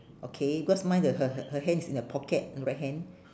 okay because mine the her her her hand is in her pocket mm right hand